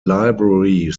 library